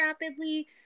rapidly